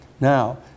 now